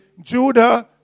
Judah